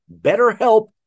BetterHelp